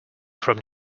from